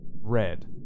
red